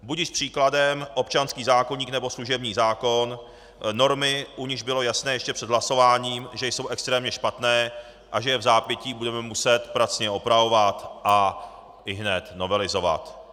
Budiž příkladem občanský zákoník nebo služební zákon, normy, u nichž bylo jasné ještě před hlasováním, že jsou extrémně špatné a že je vzápětí budeme muset pracně opravovat a ihned novelizovat.